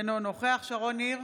אינו נוכח שרון ניר,